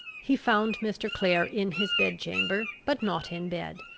he found mr. clare in his bed-chamber, but not in bed.